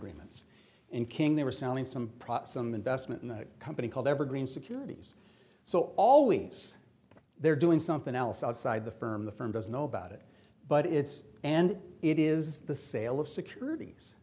agreements and king they were selling some some investment in a company called evergreen securities so always they're doing something else outside the firm the firm doesn't know about it but it's and it is the sale of securities